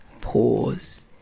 pause